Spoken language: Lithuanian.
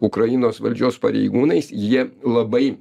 ukrainos valdžios pareigūnais jie labai